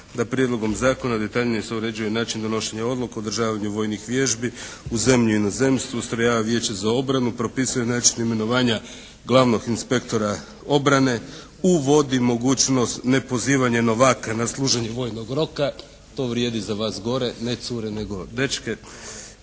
da Prijedlogom zakona detaljnije se uređuje način donošenja odluke, održavanju vojnih vježbi u zemlji i inozemstvu ustrojava Vijeće za obranu, propisuje način imenovanja glavnog inspektora obrane, uvodi mogućnost nepozivanja novaka na služenje vojnog roka. To vrijedi za vas gore, ne cure nego